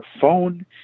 phone